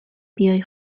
بیای